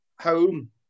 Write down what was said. home